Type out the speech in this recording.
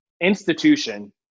institution